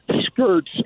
skirts